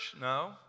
No